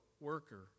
worker